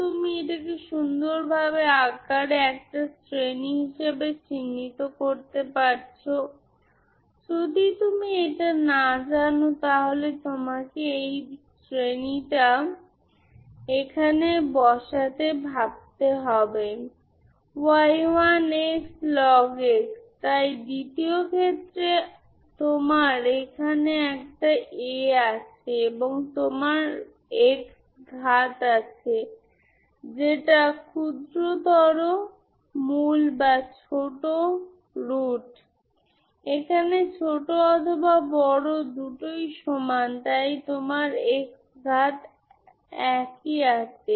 তাই এখন আপনি যেকোন কিছু ব্যবহার করতে পারেন তাই আপনি যা দেখতে পাচ্ছেন তা হল a 0 b 2π হল একটি নিয়মিত ফোরিয়ার সিরিজ যা আপনি পাঠ্য বইয়ে দেখেন বা কখনও কখনও অন্যরা a π b লিখতে পারেন